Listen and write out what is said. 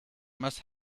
must